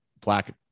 black